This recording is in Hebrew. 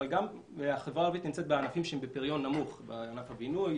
אבל גם בגלל שהחברה הערבית נמצאת בענפים שהם בפריון נמוך ענף הבינוי,